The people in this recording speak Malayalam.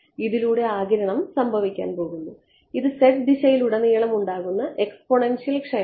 ഇതിലൂടെ ആഗിരണം സംഭവിക്കാൻ പോകുന്നു ഇത് z ദിശയിലുടനീളം ഉണ്ടാകുന്ന എക്സ്പോണൻഷ്യൽ ക്ഷയമാണ്